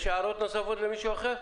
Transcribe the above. יש הערות נוספות למישהו אחר?